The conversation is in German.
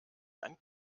ein